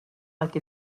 like